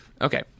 okay